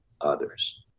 others